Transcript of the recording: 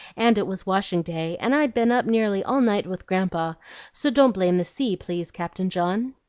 and it was washing-day, and i'd been up nearly all night with grandpa so don't blame the sea, please, captain john.